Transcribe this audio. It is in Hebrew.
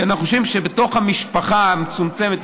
כי אנחנו חושבים שבתוך המשפחה המצומצמת,